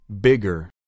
Bigger